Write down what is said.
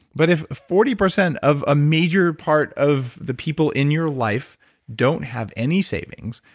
but if forty percent of a major part of the people in your life don't have any savings,